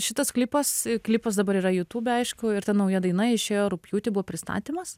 šitas klipas klipas dabar yra jutūbe aišku ir ta nauja daina išėjo rugpjūtį buvo pristatymas